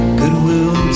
goodwill